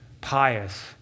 pious